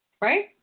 Right